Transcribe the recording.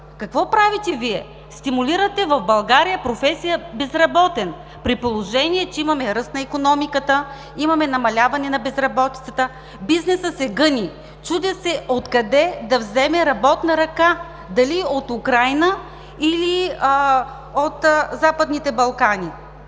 Какво правите Вие? Стимулирате в България професия „безработен“, при положение че имаме ръст на икономиката, имаме намаляване на безработицата, бизнесът се гъне, чуди се откъде да вземе работна ръка – дали от Украйна, или от Западните Балкани.